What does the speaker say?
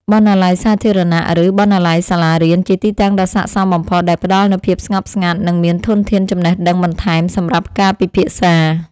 បណ្ណាល័យសាធារណៈ ឬបណ្ណាល័យសាលារៀន ជាទីតាំងដ៏ស័ក្តិសមបំផុត ដែលផ្ដល់នូវភាពស្ងប់ស្ងាត់ និងមានធនធានចំណេះដឹងបន្ថែមសម្រាប់ការពិភាក្សា។